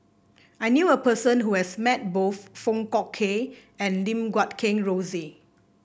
I knew a person who has met both Foong Fook Kay and Lim Guat Kheng Rosie